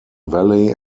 valley